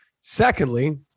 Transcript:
Secondly